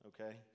okay